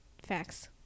facts